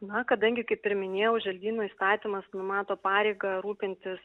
na kadangi kaip ir minėjau želdynų įstatymas numato pareigą rūpintis